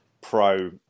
pro